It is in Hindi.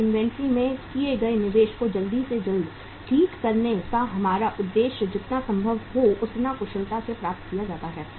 और इन्वेंट्री में किए गए निवेश को जल्द से जल्द ठीक करने का हमारा उद्देश्य जितना संभव हो उतना कुशलता से प्राप्त किया जाता है